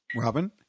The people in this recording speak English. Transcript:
Robin